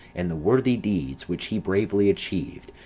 and the worthy deeds, which he bravely achieved,